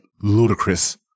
ludicrous